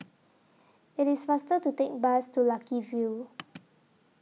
IT IS faster to Take Bus to Lucky View